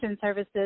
services